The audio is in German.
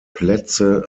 plätze